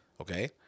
Okay